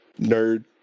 nerd